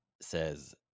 says